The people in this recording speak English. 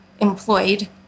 employed